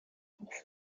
auch